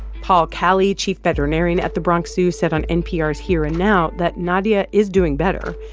paul kelly, chief veterinarian at the bronx zoo, said on npr's here and now that nadia is doing better,